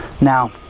Now